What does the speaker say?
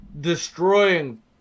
destroying